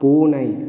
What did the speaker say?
பூனை